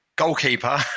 goalkeeper